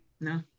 No